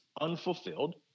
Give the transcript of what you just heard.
unfulfilled